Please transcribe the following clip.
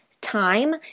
time